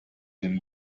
den